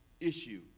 issue